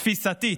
תפיסתית.